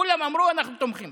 כולם אמרו: אנחנו תומכים.